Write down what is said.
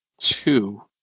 two